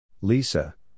Lisa